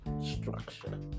structure